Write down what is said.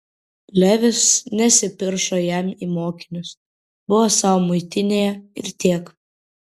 levis nesipiršo jam į mokinius buvo sau muitinėje ir tiek